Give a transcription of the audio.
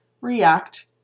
react